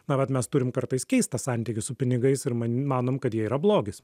na vat mes turim kartais keistą santykį su pinigais ir man manom kad jie yra blogis